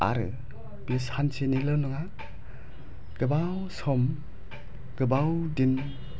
आरो बे सानसेनिल' नङा गोबां सम गोबाव दिन